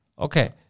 Okay